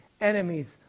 enemies